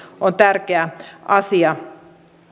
on tärkeä asia